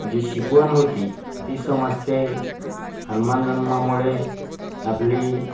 जी शिकवण होती ती समजते हनुमान जन्मामुळे आपली